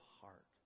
heart